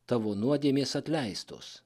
tavo nuodėmės atleistos